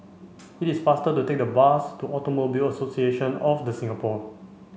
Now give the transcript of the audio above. it is faster to take the bus to Automobile Association of the Singapore